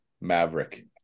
Maverick